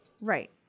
Right